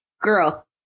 girl